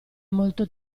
molto